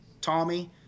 Tommy